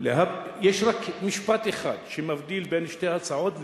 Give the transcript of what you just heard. יש רק משפט אחד שמבדיל בין שתי ההצעות,